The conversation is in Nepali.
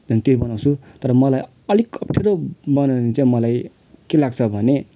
त्यहाँदेखि त्यो बनाउँछु तर मलाई अलिक अप्ठ्यारो बनाउनु चाहिँ मलाई के लाग्छ भने